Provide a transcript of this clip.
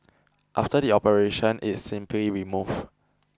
after the operation it is simply removed